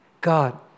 God